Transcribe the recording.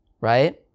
right